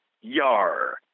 Yar